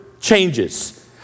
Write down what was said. changes